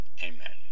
Amen